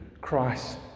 Christ